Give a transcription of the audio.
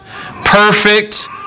Perfect